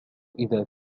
إذا